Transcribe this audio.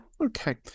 Okay